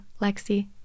lexi